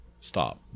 Stop